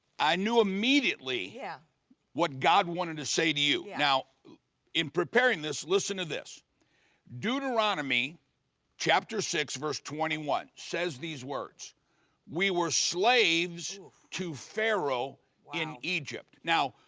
i knew immediately yeah what god wanted to say to you. yeah now in preparing this, listen to this deuteronomy chapter six verse twenty one, says these words we were slaves to pharaoh in egypt. now,